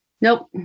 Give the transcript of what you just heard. nope